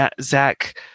Zach